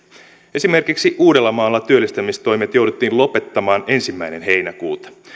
esimerkiksi uudellamaalla työllistämistoimet jouduttiin lopettamaan ensimmäinen heinäkuuta